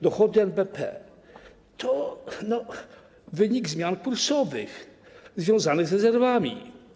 Dochody NBP to... no wynik zmian pulsowych związanych z rezerwami.